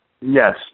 Yes